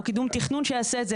או קידום תכנון שיעשה את זה,